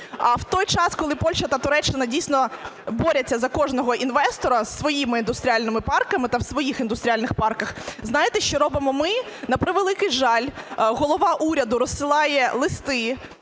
В той час, коли Польща та Туреччина, дійсно, борються за кожного інвестора своїми індустріальними парками та в своїх індустріальних парках, знаєте, що робимо ми? На превеликий жаль, голова уряду розсилає листи